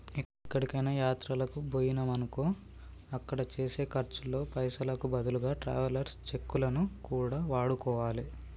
ఎక్కడికైనా యాత్రలకు బొయ్యినమనుకో అక్కడ చేసే ఖర్చుల్లో పైసలకు బదులుగా ట్రావెలర్స్ చెక్కులను కూడా వాడుకోవాలే